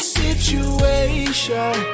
situation